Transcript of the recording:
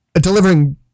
delivering